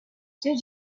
did